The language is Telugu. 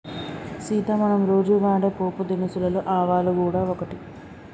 సీత మనం రోజు వాడే పోపు దినుసులలో ఆవాలు గూడ ఒకటి